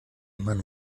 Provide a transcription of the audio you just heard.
mann